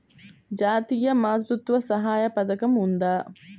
జాతీయ మాతృత్వ సహాయ పథకం ఉందా?